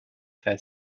their